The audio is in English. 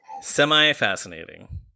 Semi-fascinating